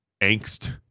angst